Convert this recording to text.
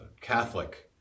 Catholic